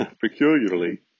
peculiarly